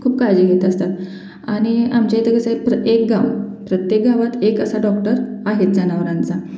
खूप काळजी घेत असतात आणि आमच्या इथे कसं आहे प्र एक गाव प्रत्येक गावात एक असा डॉक्टर आहेच जनावरांचा